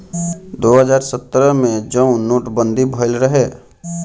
दो हज़ार सत्रह मे जउन नोट बंदी भएल रहे